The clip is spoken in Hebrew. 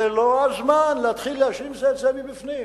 זה לא הזמן להתחיל להאשים זה את זה מבפנים.